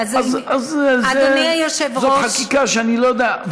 זאת חקיקה שאני לא יודע,